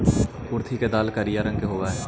कुर्थी के दाल करिया रंग के होब हई